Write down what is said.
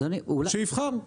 האזרח יבחר.